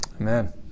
Amen